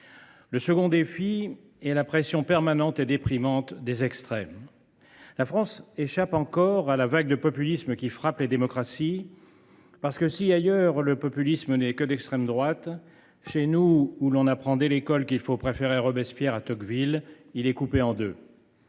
Le second défi est la pression permanente et déprimante des extrêmes. La France échappe encore à la vague de populisme qui frappe les démocraties. Si le populisme n’est ailleurs que d’extrême droite, chez nous, où l’on apprend dès l’école qu’il faut préférer Robespierre à Tocqueville, il est coupé en deux.